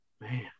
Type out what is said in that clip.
Man